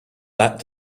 that